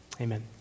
Amen